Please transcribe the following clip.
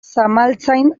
zamaltzain